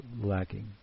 lacking